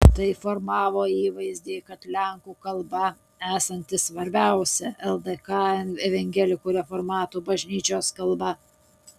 tai formavo įvaizdį kad lenkų kalba esanti svarbiausia ldk evangelikų reformatų bažnyčios kalba